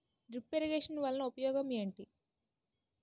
drip irrigation వలన ఉపయోగం ఏంటి